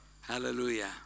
Hallelujah